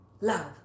love